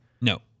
No